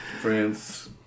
France